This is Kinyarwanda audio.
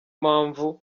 mpamvu